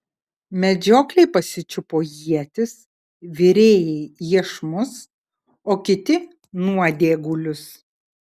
medžiokliai pasičiupo ietis virėjai iešmus o kiti nuodėgulius